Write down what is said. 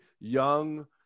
young